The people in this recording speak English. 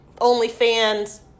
OnlyFans